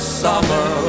summer